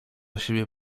siebie